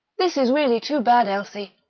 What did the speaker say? this is really too bad, elsie!